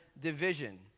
division